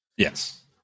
Yes